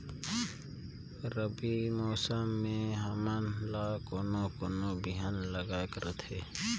रबी मौसम मे हमन ला कोन कोन बिहान लगायेक रथे?